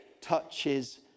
touches